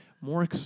more